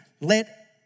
let